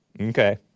Okay